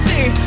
See